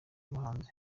bahanzi